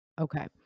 Okay